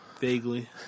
Vaguely